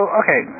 okay